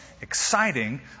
exciting